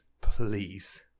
please